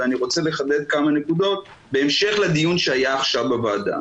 ואני רוצה לחדד כמה נקודות בהמשך לדיון שהיה עכשיו בוועדה.